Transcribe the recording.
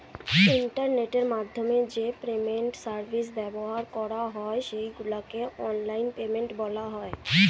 ইন্টারনেটের মাধ্যমে যে পেমেন্ট সার্ভিস ব্যবহার করা হয় সেগুলোকে অনলাইন পেমেন্ট বলা হয়